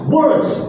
Words